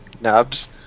nubs